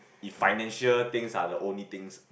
if financial things are the only things